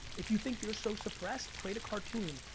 if you think you're so suppressed, create a cartoon,